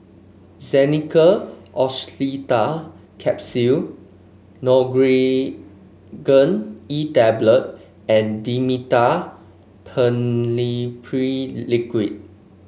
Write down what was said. Xenical Orlistat Capsule Nurogen E Tablet and Dimetapp Phenylephrine Liquid